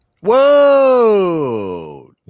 Whoa